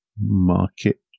market